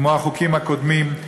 כמו החוקים הקודמים,